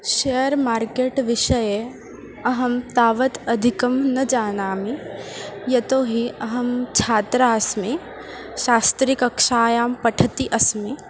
share market विषये अहं तावत् अधिकं न जानामि यतोहि अहं छात्रा अस्मि शास्त्रीकक्ष्यायां पठन्ती अस्मि